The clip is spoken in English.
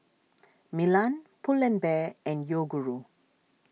Milan Pull and Bear and Yoguru